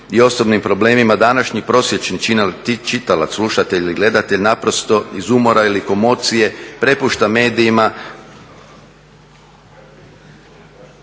i osobnim problemima današnji prosječni čitalac, slušatelj ili gledatelj naprosto iz umora ili komocije prepušta medijima